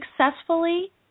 successfully